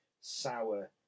sour